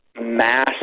mass